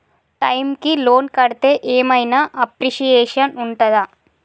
Time కి loan కడ్తే ఏం ఐనా అప్రిషియేషన్ ఉంటదా?